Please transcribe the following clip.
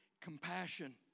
compassion